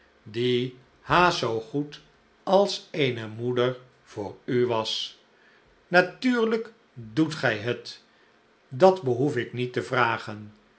die haast zoo goed als eene moeder voor u was natuurlijk doet gij het dat behoef ik niet te vragen